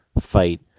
fight